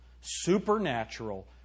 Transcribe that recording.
supernatural